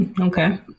Okay